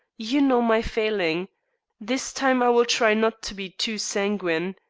you know my failing this time i will try not to be too sanguine.